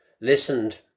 listened